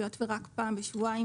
היות שרק פעם בשבועיים